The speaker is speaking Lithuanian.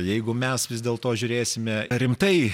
jeigu mes vis dėl to žiūrėsime rimtai